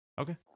Okay